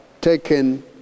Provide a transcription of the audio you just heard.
taken